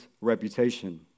reputation